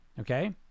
Okay